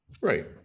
Right